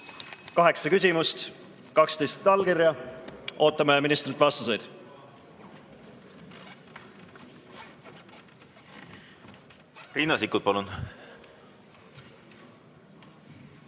kaheksa küsimust, 12 allkirja. Ootame ministrilt vastuseid. Riina Sikkut, palun!